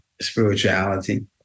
spirituality